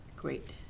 Great